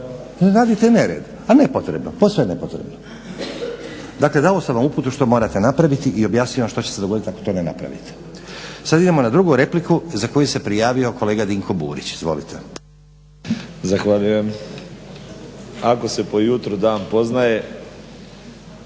Radite nered, a nepotrebno posve nepotrebno. Dakle dao sam vam uputu što morate napraviti i objasniti što će se dogoditi ako to ne napravite. Sada idemo na drugu repliku za koju se prijavio kolega Dinko Burić. Izvolite. **Burić, Dinko (HDSSB)** Zahvaljujem. Ako se po jutru dan poznaje,